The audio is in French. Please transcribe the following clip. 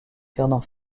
fernand